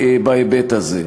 בהיבט הזה,